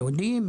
יהודים,